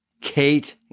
Kate